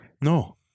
No